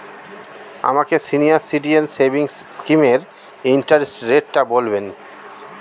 আমাকে senior citizen savings স্কিমের interest রেটটা বলবেন